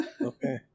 Okay